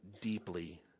deeply